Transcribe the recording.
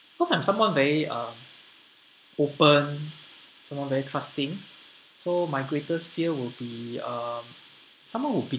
because I'm someone very uh open someone very trusting so my greatest fear would be um someone who